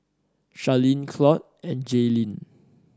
Sharleen Claud and Jailyn